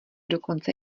dokonce